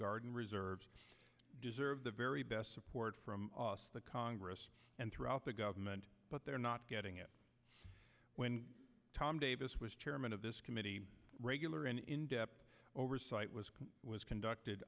guard and reserves deserve the very best support from the congress and throughout the government but they're not getting it when tom davis was chairman of this committee regular an in depth oversight was was conducted